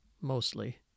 Mostly